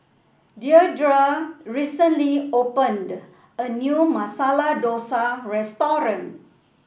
Deirdre recently opened a new Masala Dosa restaurant